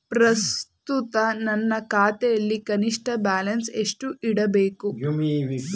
ಪ್ರಸ್ತುತ ನನ್ನ ಖಾತೆಯಲ್ಲಿ ಕನಿಷ್ಠ ಬ್ಯಾಲೆನ್ಸ್ ಎಷ್ಟು ಇಡಬೇಕು?